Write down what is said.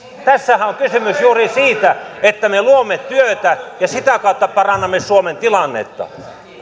tässähän on kysymys juuri siitä että me luomme työtä ja sitä kautta parannamme suomen tilannetta